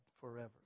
forever